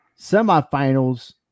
semifinals